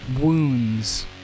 wounds